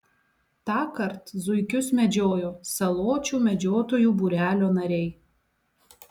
tąkart zuikius medžiojo saločių medžiotojų būrelio nariai